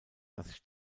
das